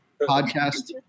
Podcast